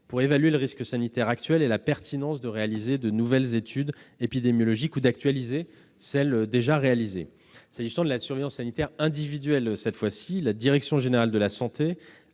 pour évaluer le risque sanitaire actuel et la pertinence de réaliser de nouvelles études épidémiologiques ou d'actualiser celles qui ont déjà été réalisées. En termes de surveillance sanitaire individuelle, la direction générale de la santé